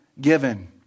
given